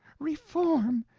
reform!